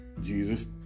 Jesus